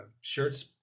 shirts